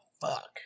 fuck